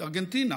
ארגנטינה.